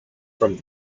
from